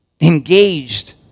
engaged